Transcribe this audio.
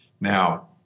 Now